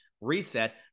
reset